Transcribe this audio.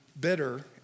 bitter